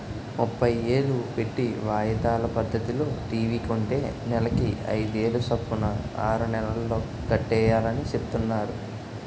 ముప్పై ఏలు పెట్టి వాయిదాల పద్దతిలో టీ.వి కొంటే నెలకి అయిదేలు సొప్పున ఆరు నెలల్లో కట్టియాలని సెప్తున్నారు